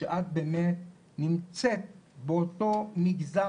שאת באמת נמצאת באותו מגזר,